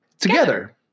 together